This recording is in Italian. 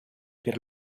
per